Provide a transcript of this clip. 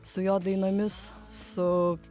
su jo dainomis su